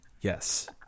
yes